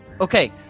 okay